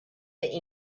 the